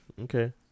okay